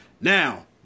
Now